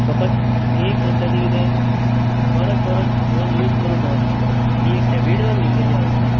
फकत एक म्हणटा ती किदें परत परत फोन यूज करुंक कहो दिसता ही एक हेबिट जावन गेल्लेली आहा आमकां